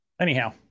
Anyhow